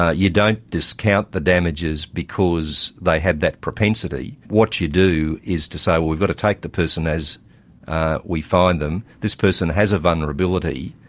ah you don't discount the damages because they had that propensity. what you do is to say, well, we've got to take the person as we find them, this person has a vulnerability,